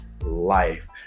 life